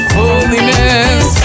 holiness